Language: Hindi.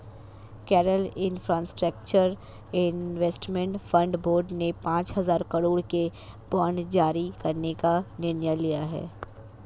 Kerala infrastructure investment fund board ने पांच हजार करोड़ के बांड जारी करने का निर्णय लिया